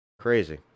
Crazy